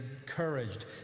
encouraged